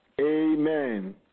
amen